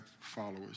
followers